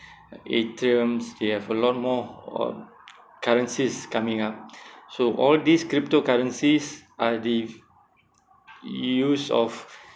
atrium they have a lot more of currencies coming up so all these cryptocurrencies are the use of